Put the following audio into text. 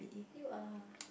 you are